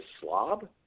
slob